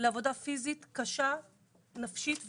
לעבודה פיזית קשה נפשית ופיזית.